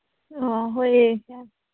ꯑ ꯍꯣꯏꯌꯦ